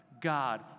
God